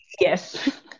yes